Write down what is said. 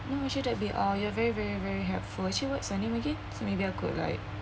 no actually that we are you are very very very helpful actually what's your name again so maybe I could like